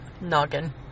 noggin